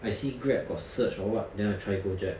I see Grab got surge or what then I try Gojek